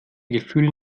gefühl